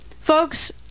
folks